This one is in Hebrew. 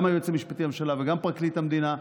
גם היועץ המשפטי לממשלה וגם פרקליט המדינה,